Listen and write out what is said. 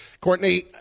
Courtney